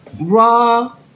Raw